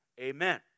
Amen